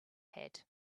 had